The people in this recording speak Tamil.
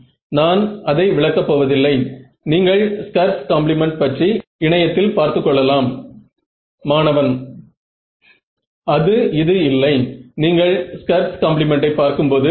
எனவே தான் நாம் எளிமையான வழியில் MoM பல்ஸ் பேசிஸ் டெல்டா டெஸ்ட்டிங்கை செய்தோம்